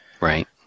right